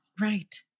Right